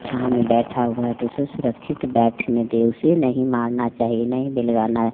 छाँव में बैठा हुआ तो उसे सुरक्षित बैठने दें उसे नहीं मारना चाहिए नहीं मिलेगा ना